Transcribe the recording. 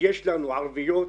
יש ערביות,